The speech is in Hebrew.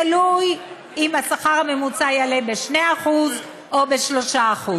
תלוי אם השכר הממוצע יעלה ב-2% או ב-3%.